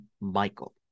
Michael